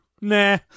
Nah